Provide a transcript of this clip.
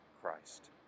Christ